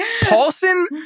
Paulson